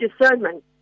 discernment